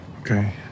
Okay